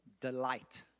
delight